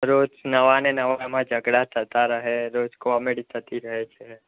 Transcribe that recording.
રોજ નવા ને નવા એમાં ઝઘડા થતાં રહે રોજ કોમેડી થતી રહે છે